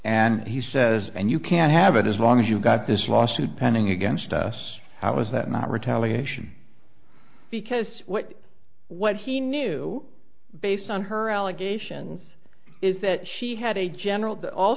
and he says and you can't have it as long as you've got this lawsuit pending against us how is that not retaliation because what what he knew based on her allegations is that she had a general all